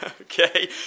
Okay